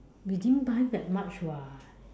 we didn't buy that much [what]